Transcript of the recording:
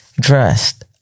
Dressed